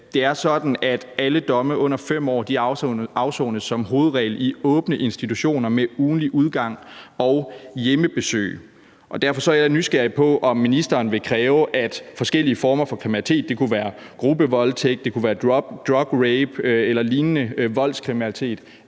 alle domme under 5 år som hovedregel afsones i åbne institutioner med ugentlig udgang og hjemmebesøg. Derfor er jeg nysgerrig på, om ministeren vil kræve, at forskellige former for kriminalitet – det kunne være en gruppevoldtægt, det kunne være drugrape eller lignende voldskriminalitet